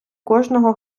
кожного